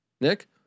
Nick